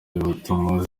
butuma